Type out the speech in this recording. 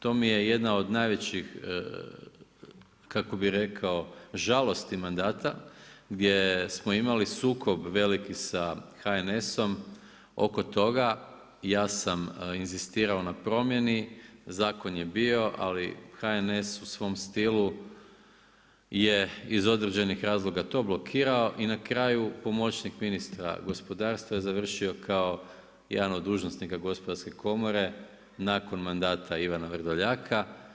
To mi je jedna od najvećih kako bih rekao žalosti mandata, gdje smo imali sukob veliki sa HNS-om oko toga, ja sam inzistirao na promjeni, zakon je bio, ali HNS u svom stilu je iz određenih razloga to blokirao i na kraju pomoćnik ministra gospodarstva je završio kao jedan od dužnosnika Gospodarske komore nakon mandata Ivana Vrdoljaka.